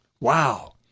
Wow